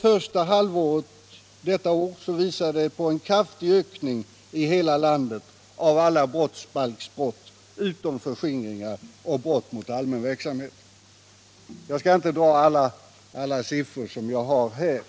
Första halvåret detta år visar på en kraftig ökning i hela landet Jag skall inte dra alla siffror som jag har här.